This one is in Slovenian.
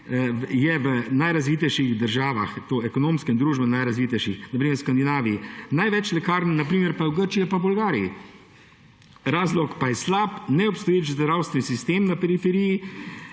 v najrazvitejših državah, torej ekonomsko in družbeno najrazvitejših, na primer v Skandinaviji. Največ lekarn pa je na primer v Grčiji in Bolgariji, razlog pa je slab, neobstoječ zdravstveni sistem na periferiji,